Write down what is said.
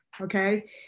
Okay